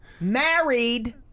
married